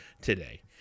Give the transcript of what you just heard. today